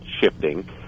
shifting